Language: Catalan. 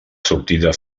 sortida